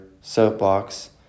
soapbox